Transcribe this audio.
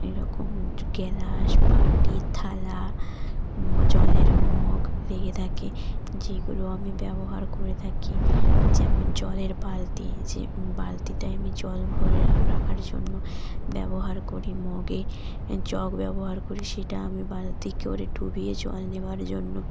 এরকম গেলাস বাটি থালা জলের মগ লেগে থাকে যেগুলো আমি ব্যবহার করে থাকি যেমন জলের বালতি যে বালতিটায় আমি জল ভরে রাখার জন্য ব্যবহার করি মগে জগ ব্যবহার করি সেটা আমি বালতি করে ডুবিয়ে জল নেবার জন্য